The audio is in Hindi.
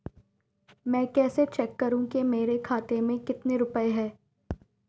मैं कैसे चेक करूं कि मेरे खाते में कितने रुपए हैं?